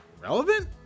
relevant